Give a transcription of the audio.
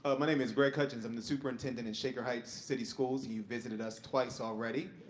ah my name is greg hutchins. i'm the superintendent in shaker heights city schools. you visited us twice already.